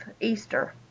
Easter